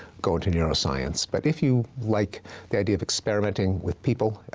go into neuroscience. but if you like the idea of experimenting with people,